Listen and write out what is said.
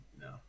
no